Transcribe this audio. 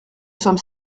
sommes